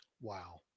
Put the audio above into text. Wow